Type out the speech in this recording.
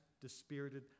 Dispirited